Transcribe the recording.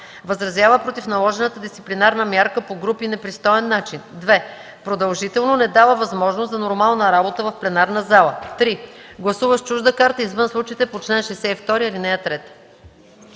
възразява против наложената дисциплинарна мярка по груб и непристоен начин; 2. продължително не дава възможност за нормална работа в пленарната зала; 3. гласува с чужда карта извън случаите по чл. 62, ал. 3.”